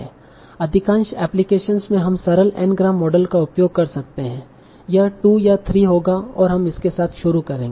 अधिकांश एप्लीकेशनस में हम सरल N ग्राम मॉडल का उपयोग कर सकते हैं यह 2 या 3 होगा और हम इसके साथ शुरू करेंगे